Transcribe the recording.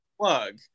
plug